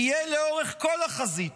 תהיה לאורך כל החזית,